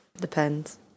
Depends